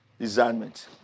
Designment